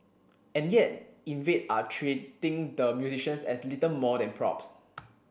and yet Invade are treating the musicians as little more than props